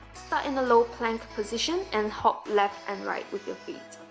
start in a low plank position, and hop left and right with your feet